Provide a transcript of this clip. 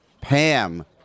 Pam